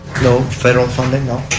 no federal funding no.